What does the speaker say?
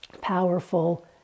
powerful